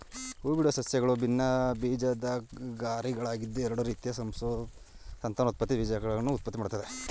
ಹೂಬಿಡುವ ಸಸ್ಯಗಳು ಭಿನ್ನಬೀಜಕಧಾರಿಗಳಾಗಿದ್ದು ಎರಡು ರೀತಿಯ ಸಂತಾನೋತ್ಪತ್ತಿ ಬೀಜಕಗಳನ್ನು ಉತ್ಪತ್ತಿಮಾಡ್ತವೆ